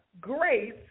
grace